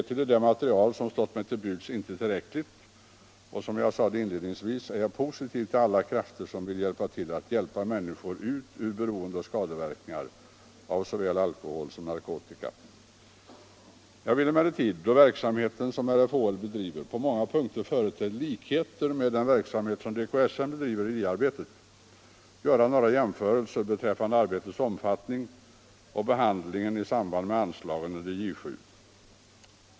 Därtill är det material som ståit mig till buds inte tillräckligt och, som jag sade inledningsvis, är jag positiv till alla krafter som vill bidra till att hjälpa människor ut ur beroende och skadeverkningar av såväl ulkohol som narkotika. Jag vill emellertid, då den verksamhet som RFHL bedriver på många punkter företer likheter med den verksamhet som DKSN bedriver i RIA-arbetet, göra några jämförelser beträffande arbetets omfattning och behandlingen i samband med anslagen under 37.